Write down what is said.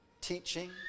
teaching